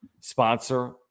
sponsor